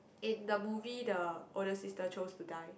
in the movie the older sister chose to die